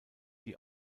die